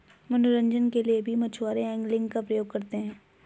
मनोरंजन के लिए भी मछुआरे एंगलिंग का प्रयोग करते हैं